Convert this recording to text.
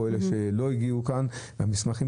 ואלה שלא הגיעו לכאן והם שלחו מסמכים